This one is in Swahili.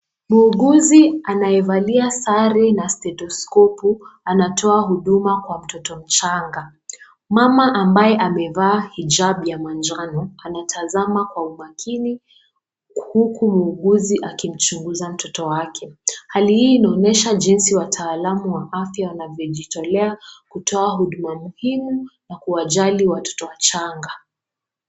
Muuguzi anayevalia sare na stedheskopu anatoa huduma kwa mtoto mchanga. Mama ambaye amevaa hijabu ya manjano, anatazama kwa umakini huku muuguzi akimchunguza mtoto wake. Hali hii inaonyesha jinsi wataalam wa afya waenavyojitolea kutoa huduma muhimu na kuwajali watoto wachanga.